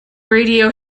radio